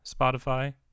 Spotify